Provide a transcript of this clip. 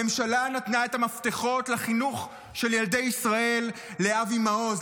הממשלה נתנה את המפתחות לחינוך של ילדי ישראל לאבי מעוז,